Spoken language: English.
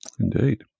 Indeed